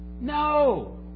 No